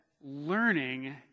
learning